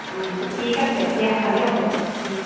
ঠিক আছে দিয়া ভালে হ'ব